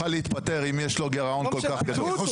יכול היה להתפטר אם יש לו גרעון כל כך גדול.